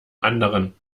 anderen